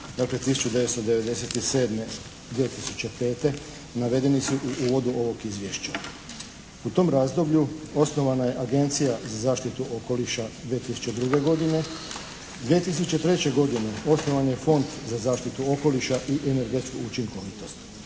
dakle 1997. – 2005. navedeni su u uvodu ovog Izvješća. U tom razdoblju osnovana je Agencija za zaštitu okoliša 2002. godine. 2003. godine osnovan je Fond za zaštitu okoliša i energetsku učinkovitost.